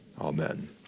Amen